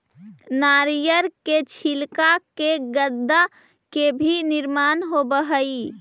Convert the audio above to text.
नारियर के छिलका से गद्दा के भी निर्माण होवऽ हई